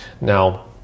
Now